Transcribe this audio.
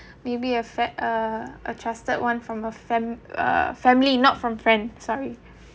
maybe fam~ uh a trusted one from a fam~ a family not from friend sorry